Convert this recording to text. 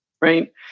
right